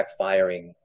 backfiring